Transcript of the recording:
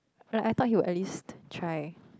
like I though he would at least try